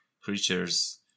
creatures